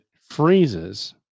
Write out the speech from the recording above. freezes